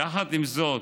יחד עם זאת,